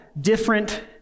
different